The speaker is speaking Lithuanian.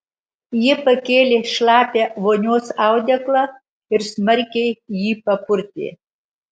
ji pakėlė šlapią vonios audeklą ir smarkiai jį papurtė